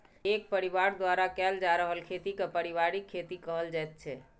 एक परिबार द्वारा कएल जा रहल खेती केँ परिबारिक खेती कहल जाइत छै